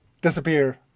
disappear